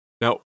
now